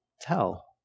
tell